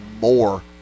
more